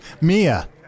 Mia